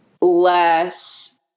less